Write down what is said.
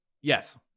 Yes